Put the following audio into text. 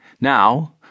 Now